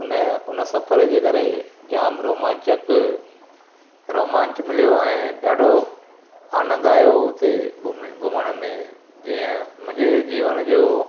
उन उन सफ़र जे करे जाम रोमांचक रोमांच मिलियो ऐं ॾाढो आनंदु आहियो हुओ हुते घुमि घुमण में जीअं मुंहिंजे जीवन जो